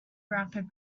rapid